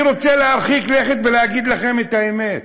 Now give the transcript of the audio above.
אני רוצה להרחיק לכת ולהגיד לכם את האמת: